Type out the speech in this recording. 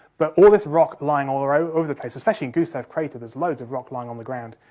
but all this rock lying all over the place, especially in gusev crater, there's loads of rock lying on the ground,